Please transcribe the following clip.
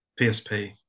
PSP